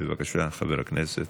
בבקשה, חבר הכנסת.